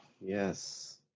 Yes